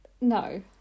No